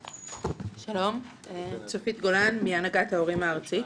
שלום, צופית גולן מהנהגת ההורים הארצית.